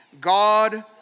God